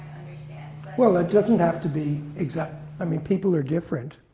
yeah well, it doesn't have to be exactly. i mean, people are different,